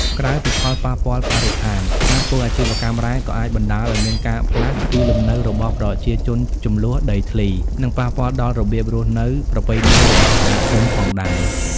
ក្រៅពីផលប៉ះពាល់បរិស្ថាន ការធ្វើអាជីវកម្មរ៉ែក៏អាចបណ្ដាលឲ្យមានការផ្លាស់ទីលំនៅរបស់ប្រជាជនជម្លោះដីធ្លី និងប៉ះពាល់ដល់របៀបរស់នៅប្រពៃណីរបស់សហគមន៍ផងដែរ។